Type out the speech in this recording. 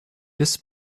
this